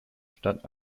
stadt